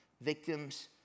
Victims